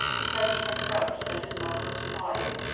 because he had dreamt that his mother was crying,